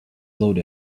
load